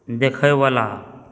देखैवला